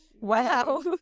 Wow